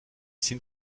sind